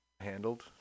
handled